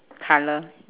colour